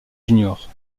juniors